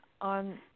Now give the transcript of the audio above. on